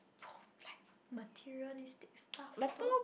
poom like materialistic stuff though